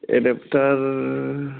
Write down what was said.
एडाबतार